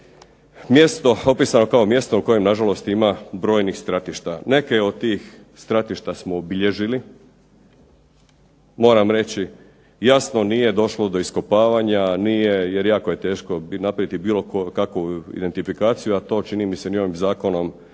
kao također mjesto u kojem nažalost ima brojnih stratišta. Neke od tih stratišta smo obilježili. Moram reći, jasno nije došlo do iskopavanja, nije jer jako je teško napraviti bilo kakvu identifikaciju a to čini mi se ni ovim zakonom